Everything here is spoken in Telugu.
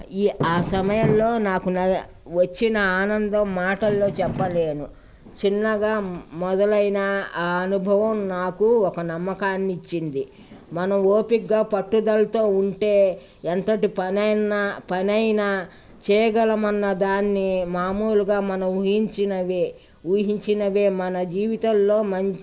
ఈ ఆ సమయంలో నాకు న వచ్చిన ఆనందం మాటల్లో చెప్పలేను చిన్నగా మొదలైన ఆ అనుభవం నాకు ఒక నమ్మకాన్నిచ్చింది మనం ఓపికగా పట్టుదలతో ఉంటే ఎంతటి పని అయినా పనైనా చేయగలమన్న దాన్ని మామూలుగా మనం ఊహించినవి ఊహించినవే మన జీవితంలో మం